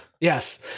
yes